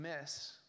miss